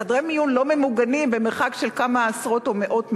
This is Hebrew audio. לחדרי ניתוח לא ממוגנים במרחק של כמה עשרות או מאות מטרים,